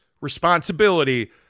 responsibility